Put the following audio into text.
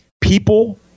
People